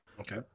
Okay